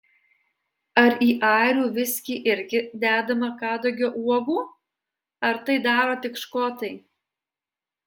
ar į airių viskį irgi dedama kadagio uogų ar tai daro tik škotai